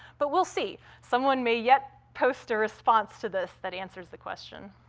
but we'll see. someone may yet post a response to this that answers the question.